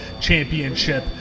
championship